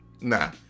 nah